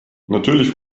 natürlich